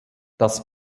das